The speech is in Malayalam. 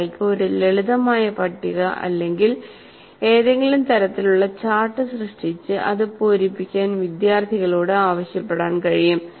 അയാൾക്ക് ഒരു ലളിതമായ പട്ടിക അല്ലെങ്കിൽ ഏതെങ്കിലും തരത്തിലുള്ള ചാർട്ട് സൃഷ്ടിച്ച് അത് പൂരിപ്പിക്കാൻ വിദ്യാർത്ഥികളോട് ആവശ്യപ്പെടാൻ കഴിയും